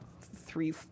three